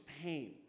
pain